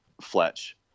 fletch